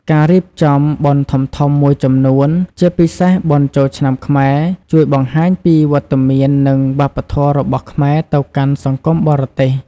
ការរៀបចំបុណ្យធំៗមួយចំនួន ជាពិសេសបុណ្យចូលឆ្នាំខ្មែរ ជួយបង្ហាញពីវត្តមាន និងវប្បធម៌របស់ខ្មែរទៅកាន់សង្គមបរទេស។